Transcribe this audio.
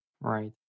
Right